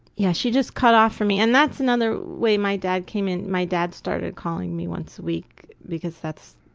yes, she just cut off from me, and that's another way my dad came in, my dad started calling me once a week, because that's,